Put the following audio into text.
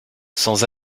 sans